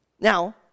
now